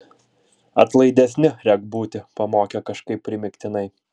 atlaidesniu rek būti pamokė kažkaip primygtinai